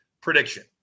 prediction